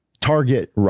Target